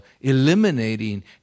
eliminating